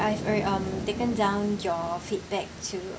I've al~ um taken down your feedback to